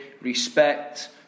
respect